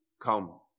come